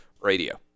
Radio